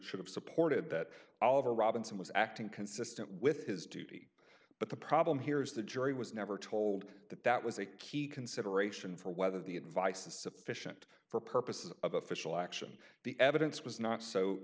should have supported that all over robinson was acting consistent with his duty but the problem here is the jury was never told that that was a key consideration for whether the advice is sufficient for purposes of official action the evidence was not so